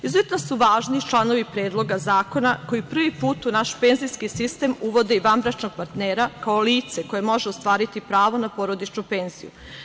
Izuzetno su važni članovi Predloga zakona koji prvi put u naš penzijski sistem uvode i vanbračnog partnera, kao lice koje može ostvariti pravo na porodičnu penziju.